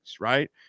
right